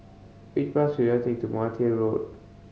which bus should I take to Martia Road